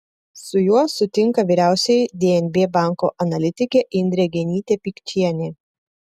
su juo sutinka vyriausioji dnb banko analitikė indrė genytė pikčienė